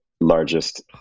largest